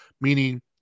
meaning